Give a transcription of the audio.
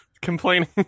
complaining